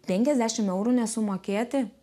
penkiasdešimt eurų nesumokėti